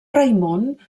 raimon